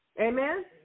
Amen